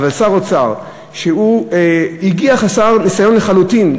אבל ששר האוצר הגיע חסר ניסיון לחלוטין,